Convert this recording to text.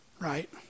right